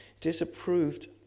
disapproved